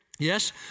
Yes